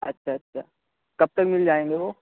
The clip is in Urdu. اچھا اچھا کب تک مل جائیں گے وہ